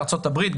ארצות-הברית,